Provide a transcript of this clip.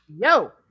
Yo